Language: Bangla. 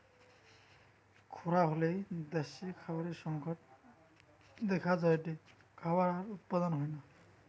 খরা হলে দ্যাশে খাবারের সংকট দেখা যায়টে, খাবার আর উৎপাদন হয়না